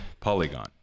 polygon